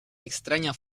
extraña